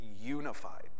unified